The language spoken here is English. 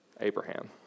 Abraham